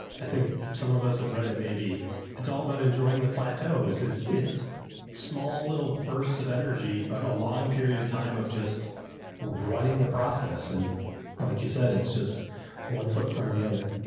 i think some of us have read it. maybe it's all about enjoying the plateaus. it's, it's small little bursts of energy, but a long period of time of just running the process. and like you said, it's just one foot in front of the other.